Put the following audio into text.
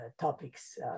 topics